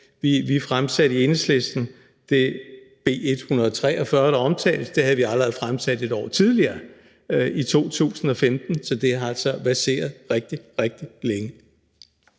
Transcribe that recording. det beslutningsforslag, B 143, der omtales; det havde vi allerede fremsat et år tidligere, i 2015, så det har altså verseret rigtig, rigtig længe.